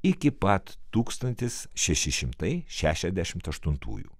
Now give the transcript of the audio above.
iki pat tūkstantis šeši šimtai šešiasdešimt aštuntųjų